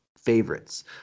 favorites